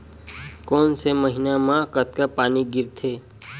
कोन से महीना म कतका पानी गिरथे?